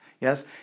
Yes